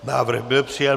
Návrh byl přijat.